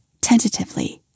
tentatively